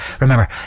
remember